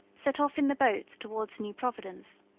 set off in the boat towards new providence.